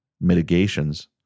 mitigations